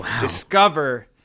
discover